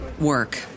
work